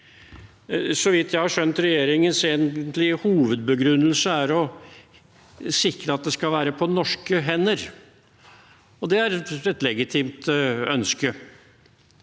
regjeringens egentlige hovedbegrunnelse å sikre at det skal være på norske hender. Det er et legitimt ønske,